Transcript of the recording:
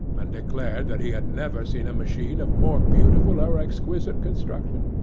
and declared that he had never seen a machine of more beautiful or exquisite construction.